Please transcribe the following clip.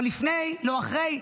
לא לפני, לא אחרי.